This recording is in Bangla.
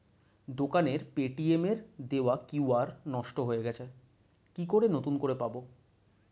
দোকানের পেটিএম এর দেওয়া কিউ.আর নষ্ট হয়ে গেছে কি করে নতুন করে পাবো?